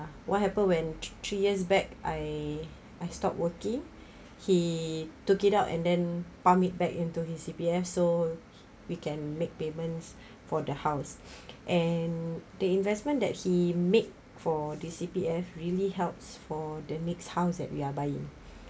what happened when three years back I I stopped working he took it out and then pump it back into his C_P_F so we can make payments for the house and the investment that he made for the C_P_F really helps for the next house that we are buying